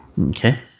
Okay